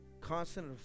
constant